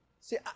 See